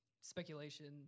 speculation